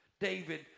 David